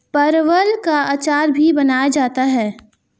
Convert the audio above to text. परवल का अचार भी बनाया जाता है